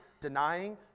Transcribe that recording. denying